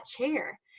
chair